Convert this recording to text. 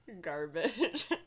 garbage